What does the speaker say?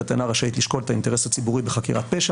אינה רשאית לשקול את האינטרס הציבורי בחקירת פשע,